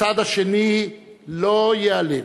הצד השני לא ייעלם.